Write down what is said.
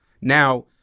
Now